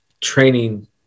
training